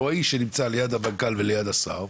כי הוא האיש שנמצא ליד המנכ"ל וליד השר,